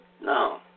No